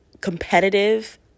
competitive